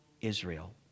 Israel